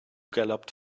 galloped